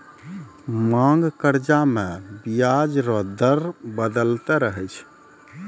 मांग कर्जा मे बियाज रो दर बदलते रहै छै